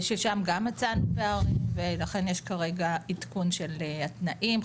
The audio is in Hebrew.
ששם גם מצאנו פערים ולכן יש כרגע עדכון של התנאים.